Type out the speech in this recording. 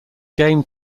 game